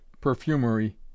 perfumery